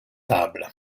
table